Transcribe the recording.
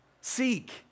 seek